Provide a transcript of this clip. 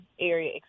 area